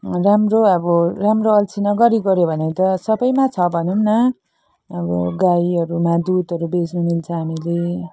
राम्रो अब राम्रो अल्छी नगरी गर्यो भने त सबैमा छ भनौँ न अब गाईहरूमा दुधहरू बेच्नु दिन्छ हामीले